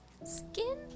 skin